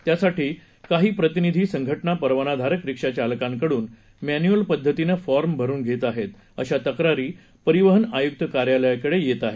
त्यासाठी काही प्रतिनिधी संघटना परवानाधारक रिक्षाचालकांकडून मॅन्युक्ल पद्धतीनं फॉर्म भरून घेत आहेत धाा तक्रारी परिवहन आयुक्त कार्यालयाकडे येत आहेत